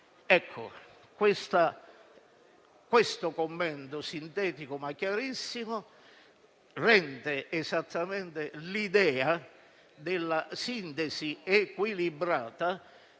Questo commento - sintetico, ma chiarissimo - rende esattamente l'idea della sintesi equilibrata